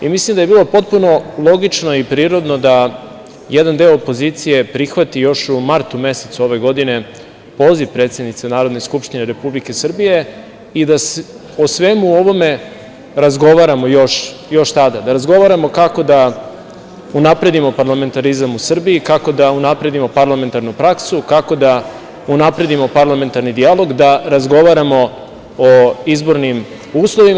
Mislim da je potpuno logično i prirodno da jedan deo opozicije prihvati još u martu mesecu ove godine poziv predsednice Narodne skupštine Republike Srbije i da o svemu ovome razgovaramo još tada, da razgovaramo kako da unapredimo parlamentarizam u Srbiji, kako da unapredimo parlamentarnu praksu, kako da unapredimo parlamentarni dijalog, da razgovaramo o izbornim uslovima.